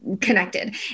connected